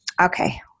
Okay